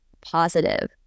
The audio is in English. positive